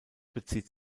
bezieht